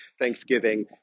Thanksgiving